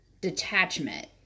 detachment